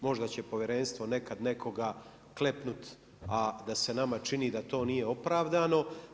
Možda će povjerenstvo nekad nekoga klepnuti a da se nama čini da to nije opravdano.